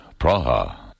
Praha